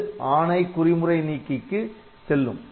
அது ஆணை குறிமுறை நீக்கிக்கு செல்லும்